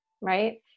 right